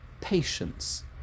patience